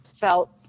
felt